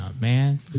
man